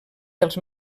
dels